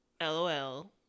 LOL